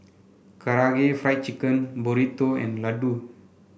Karaage Fried Chicken Burrito and Ladoo